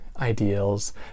ideals